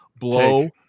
blow